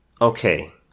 Okay